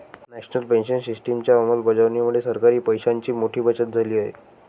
national pension सिस्टिमच्या अंमलबजावणीमुळे सरकारी पैशांची मोठी बचत झाली आहे